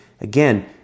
again